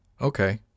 Okay